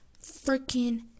freaking